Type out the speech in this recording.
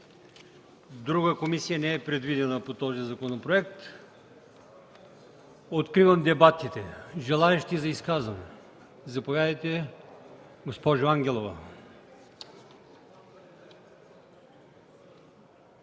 Друга комисия не е предвидена по този законопроект. Откривам дебатите. Желаещи за изказвания? Заповядайте, госпожо Ангелова.